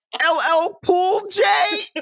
L-L-Pool-J